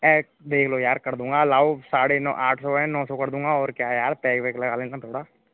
cash देख लो यार कर दूँगा लाओ साढ़े नौ आठ सौ हैं नौ सौ कर दूँगा और क्या है यार टैग वैग लगा लेना थोड़ा